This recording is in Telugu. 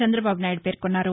చందబాబు నాయుడు పేర్కొన్నారు